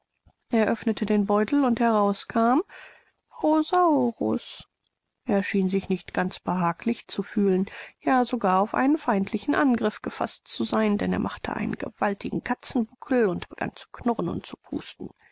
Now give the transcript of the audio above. öffnete den beutel und heraus kam rosaurus er schien sich nicht ganz behaglich zu fühlen ja sogar auf einen feindseligen angriff gefaßt zu sein denn er machte einen gewaltigen katzenbuckel und begann zu knurren und zu pusten